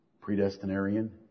predestinarian